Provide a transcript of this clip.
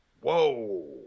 whoa